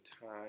time